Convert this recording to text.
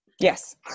Yes